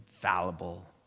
fallible